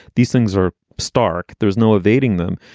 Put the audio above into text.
these things are stark. there's no evading them.